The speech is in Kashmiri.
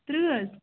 ترٕٛہ حظ